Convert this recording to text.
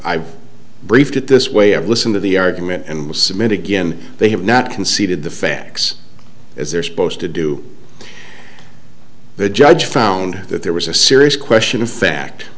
i've briefed it this way i've listened to the yard and was submitted again they have not conceded the facts as they're supposed to do the judge found that there was a serious question of fact